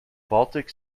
baltic